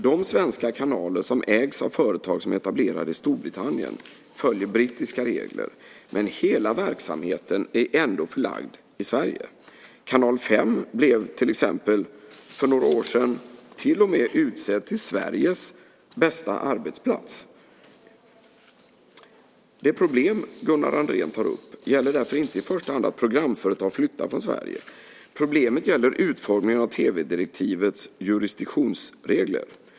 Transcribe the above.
De svenska kanaler som ägs av företag som är etablerade i Storbritannien följer brittiska regler, men hela verksamheten är ändå förlagd i Sverige. Kanal 5 blev till exempel för några år sedan till och med utsedd till Sveriges bästa arbetsplats. Det problem Gunnar Andrén tar upp gäller därför inte i första hand att programföretag flyttar från Sverige, utan problemet gäller utformningen av tv-direktivets jurisdiktionsregler.